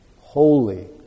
holy